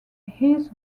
his